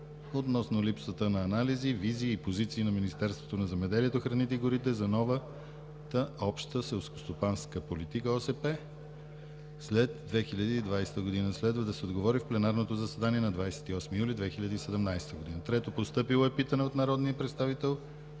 относно липсата на анализи, визии и позиции на Министерството на земеделието, храните и горите за новата Обща селскостопанска политика (ОСП) след 2020 г. Следва да се отговори в пленарното заседание на 28 юли 2017 г.; - народния представител